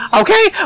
okay